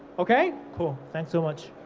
okay? cool. thanks so much.